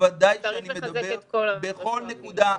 בוודאי שאני מדבר בכל נקודה.